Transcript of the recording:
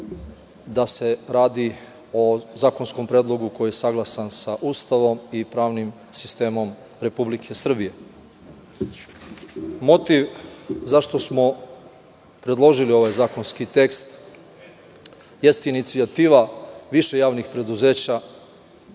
da se radi o zakonskom predlogu koji je saglasan sa Ustavom i pravnim sistemom Republike Srbije. Motiv zašto smo predložili ovaj zakonski tekst jeste inicijativa više javnih preduzeća,